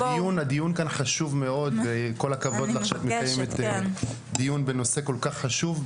הדיון כאן חשוב מאוד וכל הכבוד לך שאת מקיימת דיון בנושא כל-כך חשוב,